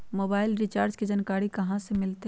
Mobile recharge के जानकारी कहा से मिलतै?